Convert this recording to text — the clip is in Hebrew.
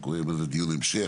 אנחנו קוראים לזה דיון המשך.